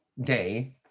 day